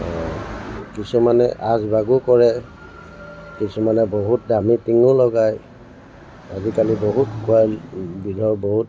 অঁ কিছুমানে আচবাবো কৰে কিছুমানে বহুত দামী টিঙো লগায় আজিকালি বহুত কুৱা বিধৰ বহুত